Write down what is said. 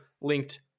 linked